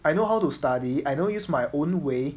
I know how to study I know use my own way